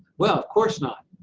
well, of course not.